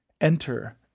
enter